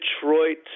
Detroit